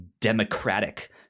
democratic